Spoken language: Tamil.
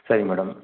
சரிங்க மேடம்